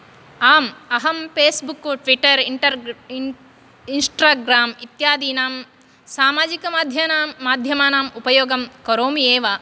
आम् अहं Facebook Twitter इण्टर् इन्स्ट्राग्राम् इत्यादीनां सामाजिकमाध्यानां माध्यमानाम् उपयोगं करोमि एव